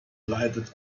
leidet